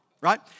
right